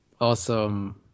awesome